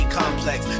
complex